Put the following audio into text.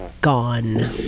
gone